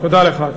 תודה לך.